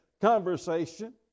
conversation